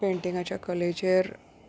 पेंटिंगाच्या कलेचेर